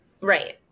Right